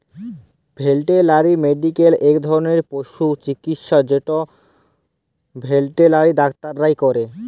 veterinary medical ইক ধরলের পশু চিকিচ্ছা যেট ভেটেলারি ডাক্তাররা ক্যরে